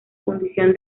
fundición